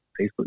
Facebook